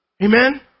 Amen